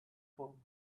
form